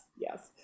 yes